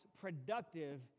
productive